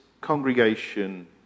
congregation